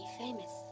famous